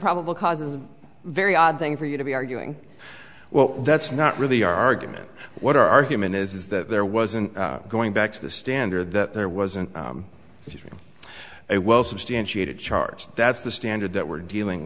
probable cause a very odd thing for you to be arguing well that's not really our argument what our argument is is that there wasn't going back to the standard that there wasn't room a well substantiated charge that's the standard that we're dealing